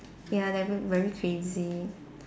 ya they are v~ very crazy